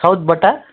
साउथबाट